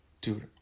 Dude